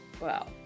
Wow